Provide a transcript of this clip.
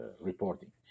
reporting